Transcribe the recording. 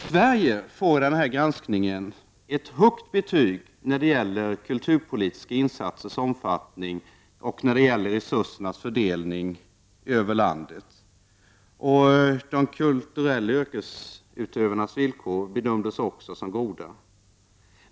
Sverige får i den här granskningen ett högt betyg när det gäller både de kulturpolitiska insatsernas omfattning och resursernas fördelning över landet. De kulturella yrkesutövarnas villkor bedömdes också som goda.